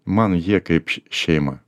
man jie kaip šeima